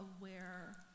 aware